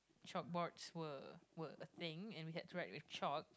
chalk boards were were a thing and we had to write with chalk